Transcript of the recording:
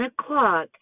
o'clock